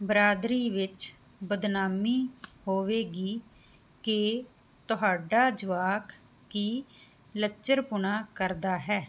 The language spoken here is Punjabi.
ਬਰਾਦਰੀ ਵਿੱਚ ਬਦਨਾਮੀ ਹੋਵੇਗੀ ਕਿ ਤੁਹਾਡਾ ਜਵਾਕ ਕੀ ਲੱਚਰਪੁਣਾ ਕਰਦਾ ਹੈ